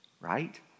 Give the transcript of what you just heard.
Right